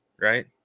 right